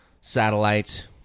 Satellite